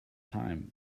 time